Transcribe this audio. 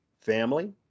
family